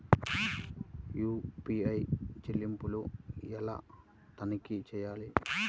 UPI చెల్లింపులు ఎలా తనిఖీ చేయాలి?